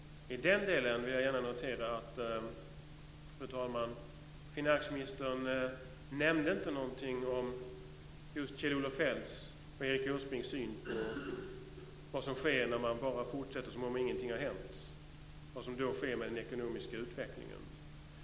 I den delen vill jag gärna notera, fru talman, att finansministern inte nämnde någonting om Kjell-Olof Feldts och Erik Åsbrinks syn på vad som sker med den ekonomiska utvecklingen när man bara fortsätter som om ingenting hade hänt.